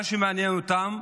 מה שמעניין אותם,